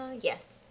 Yes